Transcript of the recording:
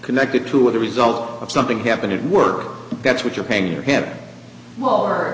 connected to what the result of something happened at work that's what you're paying your hat well